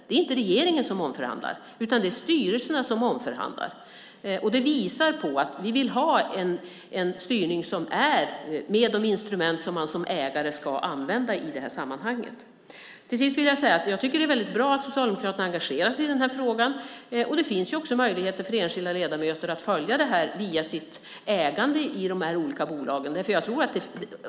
Det är inte regeringen som omförhandlar, utan det är styrelserna som gör det. Det visar att vi vill ha en styrning med de instrument som man som ägare ska använda i det här sammanhanget. Till sist vill jag säga att jag tycker att det är väldigt bra att Socialdemokraterna engagerar sig i frågan. Det finns också möjligheter för enskilda ledamöter att följa det här via sitt ägande i de olika bolagen.